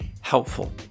helpful